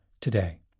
today